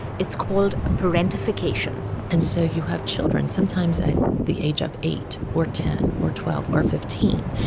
it's called parentification and so you have children, sometimes at the age of eight or ten or twelve or fifteen,